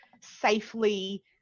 safely